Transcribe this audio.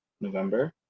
November